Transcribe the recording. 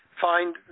find